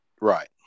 Right